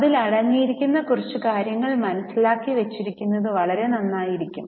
അതിൽ അടങ്ങിയിരിക്കുന്ന കുറച്ച കാര്യങ്ങൾ മനസിലാക്കി വച്ചിരിക്കുന്നത് നന്നായിരിക്കും